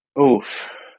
Oof